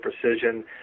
precision